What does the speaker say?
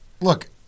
Look